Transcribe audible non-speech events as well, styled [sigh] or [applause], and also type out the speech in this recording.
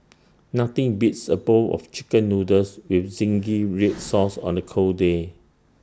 nothing beats A bowl of Chicken Noodles with zingy [noise] Red Sauce on A cold day